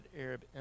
Arab